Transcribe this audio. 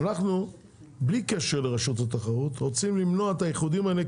אנחנו בלי קשר לרשות התחרות רוצים למנוע את האיחודים האלה,